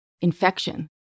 infection